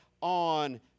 on